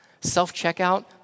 Self-checkout